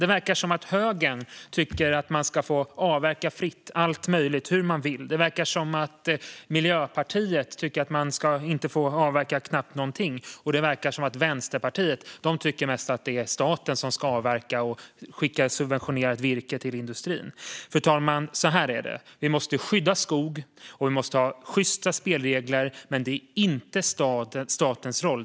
Det verkar som att högern tycker att man fritt ska få avverka allt möjligt hur man vill. Det verkar som att Miljöpartiet tycker att man knappt ska få avverka någonting. Och det verkar som att Vänsterpartiet mest tycker att det är staten som ska avverka och skicka subventionerat virke till industrin. Fru talman! Så här är det: Vi måste skydda skog och ha sjysta spelregler, men det är inte statens roll.